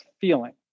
feeling